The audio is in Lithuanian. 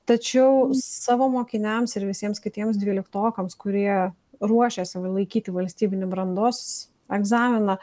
tačiau savo mokiniams ir visiems kitiems dvyliktokams kurie ruošiasi laikyti valstybinį brandos egzaminą